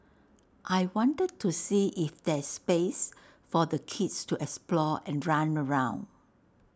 I wanted to see if there's space for the kids to explore and run around